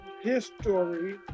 history